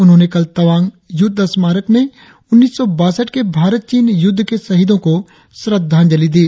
उन्होंने कल तवांग युद्ध स्मारक में उन्नीस सौ बासठ के भारत चीन युद्ध के शहीदों को श्रद्धांजली दी